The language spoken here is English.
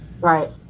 Right